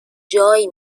جای